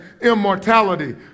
immortality